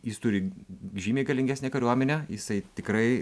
jis turi žymiai galingesnę kariuomenę jisai tikrai